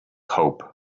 hope